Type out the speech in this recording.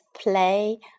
play